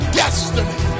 destiny